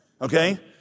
Okay